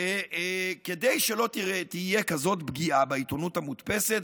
כדי שלא תהיה כזאת פגיעה בעיתונות המודפסת,